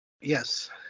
Yes